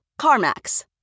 CarMax